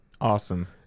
Awesome